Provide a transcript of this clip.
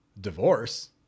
divorce